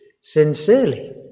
Sincerely